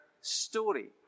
story